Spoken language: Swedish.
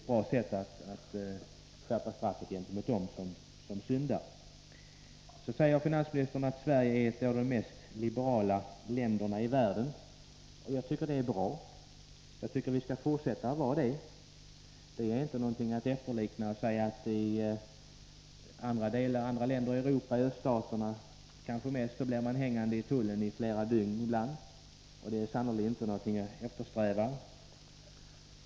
Ett bra sätt är att skärpa straffen för dem som syndar. Finansministern sade att Sverige är ett av de mest liberala länderna i världen. Jag tycker att det är bra och att vi skall fortsätta att vara det. Förhållandena i andra länder i Europa är inte något att efterlikna. I framför allt öststaterna kan man ibland bli fast i tullen i flera dygn. Det är sannerligen inte något att eftersträva.